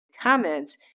comments